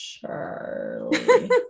Charlie